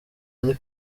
ari